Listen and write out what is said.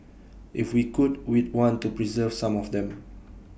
if we could we'd want to preserve some of them